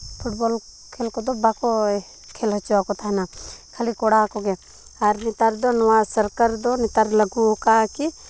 football ᱠᱷᱮᱞ ᱠᱚᱫᱚ ᱵᱟᱠᱚ ᱠᱷᱮᱞ ᱦᱚᱪᱚ ᱟᱠᱚ ᱛᱟᱦᱮᱱᱟ ᱠᱷᱟᱹᱞᱤ ᱠᱚᱲᱟ ᱠᱚᱜᱮ ᱟᱨ ᱱᱮᱛᱟᱨ ᱫᱚ ᱱᱚᱣᱟ ᱥᱚᱨᱠᱟᱨ ᱫᱚ ᱞᱟᱹᱜᱩ ᱠᱟᱜᱼᱟ ᱠᱤ